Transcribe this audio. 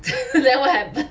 then what happen